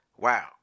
Wow